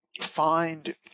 find